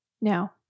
Now